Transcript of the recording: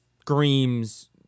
screams